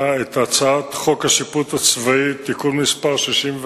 את הצעת חוק השיפוט הצבאי (תיקון מס' 61)